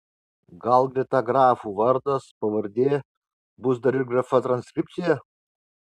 gal greta grafų vardas pavardė bus dar ir grafa transkripcija